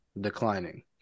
declining